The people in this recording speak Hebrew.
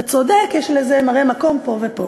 אתה צודק, יש לזה מראה מקום פה ופה.